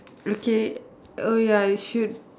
okay oh ya you should